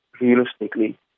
realistically